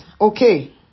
Okay